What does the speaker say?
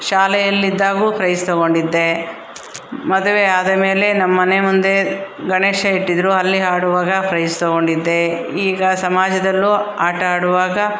ಶಾಲೆಯಲ್ಲಿದ್ದಾಗೂ prize ತೊಗೊಂಡಿದ್ದೆ ಮದುವೆ ಆದ ಮೇಲೆ ನಮ್ಮಮನೆ ಮುಂದೆ ಗಣೇಶ ಇಟ್ಟಿದ್ರು ಅಲ್ಲಿ ಹಾಡುವಾಗ ಪ್ರೈಸ್ ತೊಗೊಂಡಿದ್ದೆ ಈಗ ಸಮಾಜದಲ್ಲೂ ಆಟ ಆಡುವಾಗ